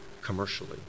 commercially